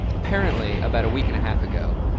apparently about a week and a half ago,